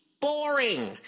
boring